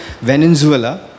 Venezuela